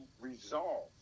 resolve